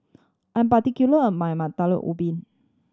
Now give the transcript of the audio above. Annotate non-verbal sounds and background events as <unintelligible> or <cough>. I'm particular <unintelligible> my <unintelligible> ubi